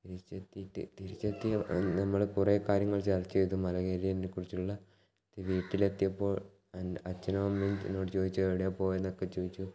തിരിച്ചെത്തിയിട്ട് തിരിച്ചെത്തി നമ്മള് കുറെ കാര്യങ്ങൾ ചർച്ച ചെയ്തു മല കയറിയതിനെക്കുറിച്ചുള്ള വീട്ടിലെത്തിയപ്പോൾ അച്ഛനും അമ്മയും എന്നോട് ചോദിച്ചു എവിടെയാണ് പോയതെന്നൊക്കെ ചോദിച്ചു